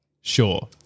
Sure